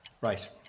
Right